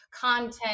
content